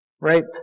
right